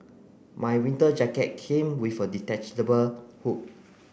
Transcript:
my winter jacket came with a detachable hood